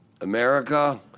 America